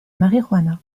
marijuana